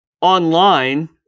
online